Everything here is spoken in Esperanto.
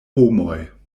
homoj